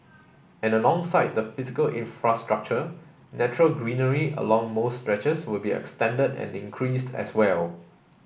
and alongside the physical infrastructure natural greenery along most stretches will be extended and increased as well